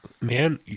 man